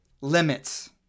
limits